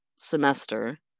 semester